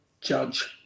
judge